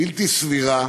בלתי סבירה.